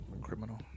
criminal